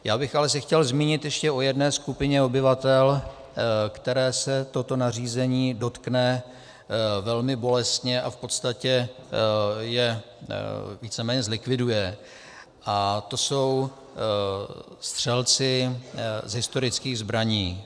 Já bych ale se chtěl zmínit ještě o jedné skupině obyvatel, které se toto nařízení dotkne velmi bolestně a v podstatě je víceméně zlikviduje, a to jsou střelci z historických zbraní.